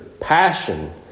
passion